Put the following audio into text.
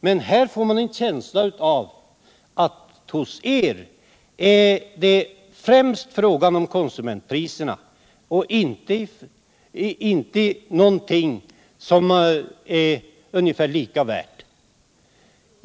Men här får man en känsla av att hos er är det främst fråga om konsumentpriserna och att det inte finns något annat som är ungefär lika mycket värt.